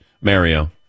Mario